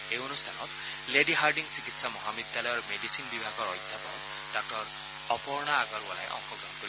এই অনুষ্ঠানত Lady Hardinge চিকিৎসা মহাবিদ্যালয়ৰ মেডিচিন বিভাগৰ অধ্যাপক ডাঃ অপৰ্ণা আগৰৱালাই অংশগ্ৰহণ কৰিব